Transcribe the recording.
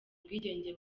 ubwigenge